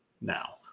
now